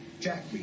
Jack